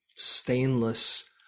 stainless